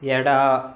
ಎಡ